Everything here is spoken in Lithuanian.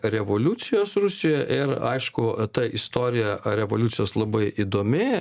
revoliucijos rusijoje ir aišku ta istorija revoliucijos labai įdomi